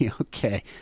okay